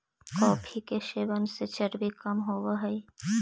coffee के सेवन से चर्बी कम होब हई